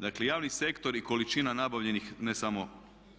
Dakle, javni sektor i količina nabavljenih ne samo